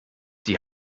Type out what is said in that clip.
die